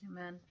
Amen